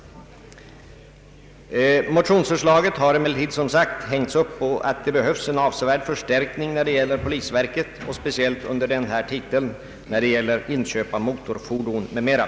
Motionsförslaget har emellertid, som sagts, hängts upp på att det behövs en avsevärd förstärkning när det gäller polisverket och speciellt under denna titel när det gäller inköp av motorfordon m.m.